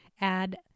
add